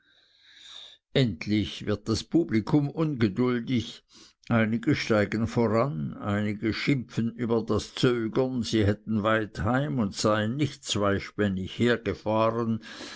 endlich wird das publikum ungeduldig einige steigen voran einige schimpfen über das zögern sie hätten weit heim und seien nicht zweispännig hergefahren